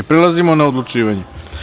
Prelazimo na odlučivanje.